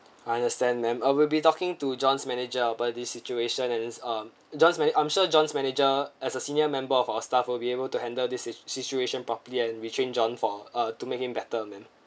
I understand ma'am I we'll be talking to john's manager about this situation and it's um john's manager I'm sure john's manager as a senior member of our staff will be able to handle this situ~ situation properly and we change john for uh to make him better ma'am